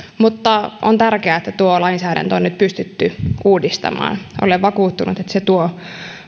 mutta on tärkeää että tuo lainsäädäntö on nyt pystytty uudistamaan olen vakuuttunut että se tuo